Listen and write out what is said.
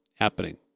happening